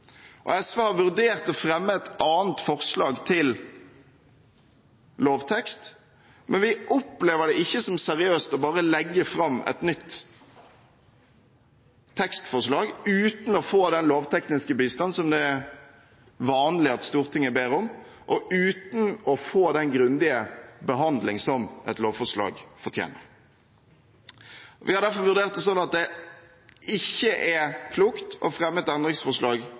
fremme et annet forslag til lovtekst, men vi opplever det ikke som seriøst bare å legge fram et nytt tekstforslag uten å få den lovtekniske bistanden som det er vanlig at Stortinget ber om, og uten å få den grundige behandlingen som et lovforslag fortjener. Vi har derfor vurdert det slik at det ikke er klokt å fremme et endringsforslag